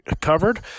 covered